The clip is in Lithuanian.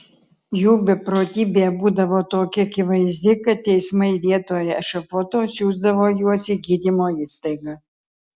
jų beprotybė būdavo tokia akivaizdi kad teismai vietoje ešafoto siųsdavo juos į gydymo įstaigą